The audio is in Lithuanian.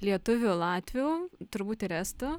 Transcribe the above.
lietuvių latvių turbūt ir estų